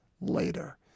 later